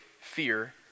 fear